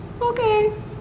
okay